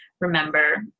remember